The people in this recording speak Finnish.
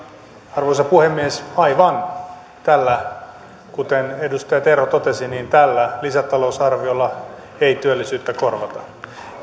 arvoisa puhemies aivan kuten edustaja terho totesi tällä lisätalousarviolla ei työllisyyttä korvata